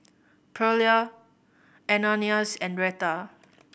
Pearla Ananias and Reta